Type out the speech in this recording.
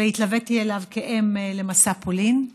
והתלוויתי אליו כאם במסע לפולין.